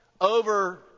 over